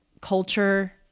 culture